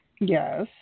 Yes